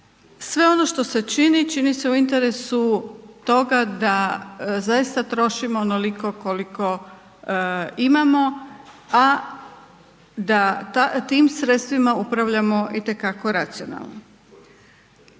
sve ono što se čini, čini se u interesu toga da zaista trošimo onoliko koliko imamo, a da tim sredstvima upravljamo itekako racionalno.